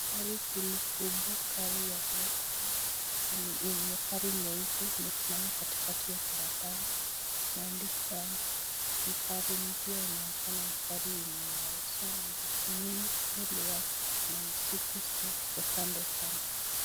Gari hili kubwa gari ya nissan ni gari nyeupe imesimama katikati ya barabara, ni gari mpya inaonekana mbele yake kuna msitu zenye ziko kando.